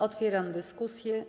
Otwieram dyskusję.